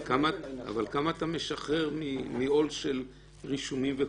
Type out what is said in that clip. אבל כמה אתה משחרר מעול של רישומים?